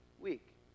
week